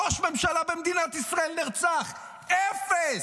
ראש ממשלה במדינת ישראל נרצח, אפס.